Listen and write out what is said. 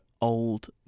old